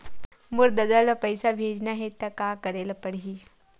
मोर ददा ल पईसा भेजना हे त का करे ल पड़हि?